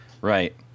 Right